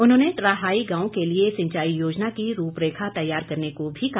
उन्होंने ट्रहाई गांव के लिए सिंचाई योजना की रूपरेखा तैयार करने को भी कहा